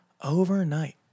overnight